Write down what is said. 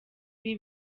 ibi